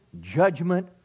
judgment